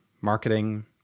marketing